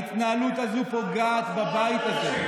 ההתנהלות הזאת פוגעת בבית הזה,